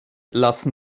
lassen